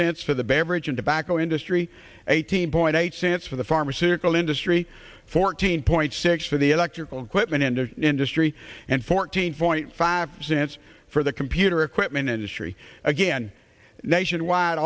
cents for the beverage and tobacco industry eighteen point eight cents for the pharmaceutical industry fourteen point six for the electrical equipment and industry and fourteen point five cents for the computer equipment industry again nationwide